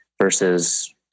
versus